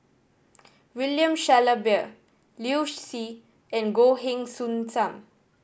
William Shellabear Liu Si and Goh Heng Soon Sam